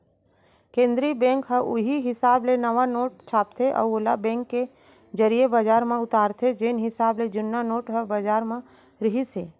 केंद्रीय बेंक ह उहीं हिसाब ले नवा नोट छापथे अउ ओला बेंक के जरिए बजार म उतारथे जेन हिसाब ले जुन्ना नोट ह बजार म रिहिस हे